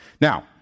now